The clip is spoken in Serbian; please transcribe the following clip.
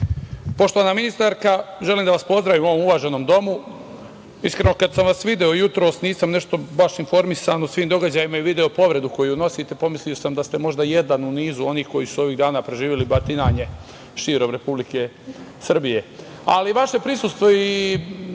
zakona. Poštovana ministarka, želim da vas pozdravim u ovom uvaženom domu. Iskreno, kad sam vas video jutros, nisam nešto baš informisan o svim događajima i video povredu koju nosite, pomislio sam da ste možda jedan u nizu onih koji su ovih dana preživeli batinjanje širom Republike Srbije. Ali, vaše prisustvo i